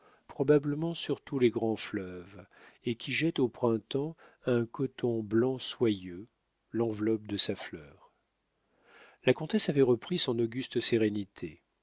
probablement sur tous les grands fleuves et qui jette au printemps un coton blanc soyeux l'enveloppe de sa fleur la comtesse avait repris son auguste sérénité